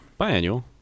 Biannual